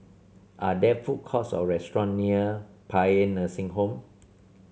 are there food courts or restaurant near Paean Nursing Home